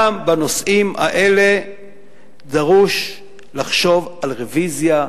גם בנושאים האלה דרוש לחשוב על רוויזיה,